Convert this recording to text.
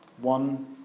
One